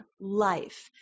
life